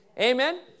Amen